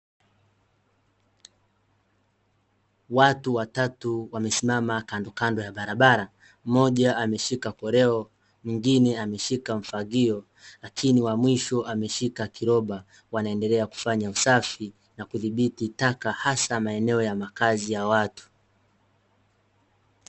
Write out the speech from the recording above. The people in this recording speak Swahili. Watu watatu wamesimama kandokando ya barabara, mmoja ameshika koleo mwingine ameshika mfagio lakini wa mwisho ameshika kiroba wanaendelea kufanya usafi na kuthibiti taka hasa maeneo ya makazi ya watu.